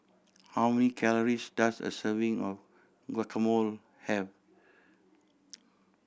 how many calories does a serving of Guacamole have